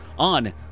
On